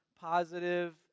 positive